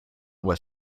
was